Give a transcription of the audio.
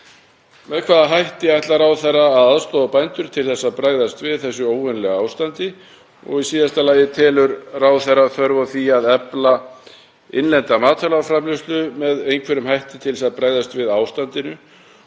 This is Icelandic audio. innlenda matvælaframleiðslu með einhverjum hætti til þess að bregðast við ástandinu og mun ráðherra beita sér fyrir því? Ef við skilgreinum fæðuöryggi